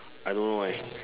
I don't know why